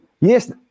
yes